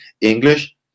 English